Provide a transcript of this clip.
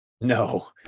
no